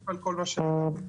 שנאמר.